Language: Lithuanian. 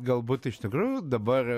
galbūt iš tikrųjų dabar